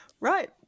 Right